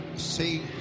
see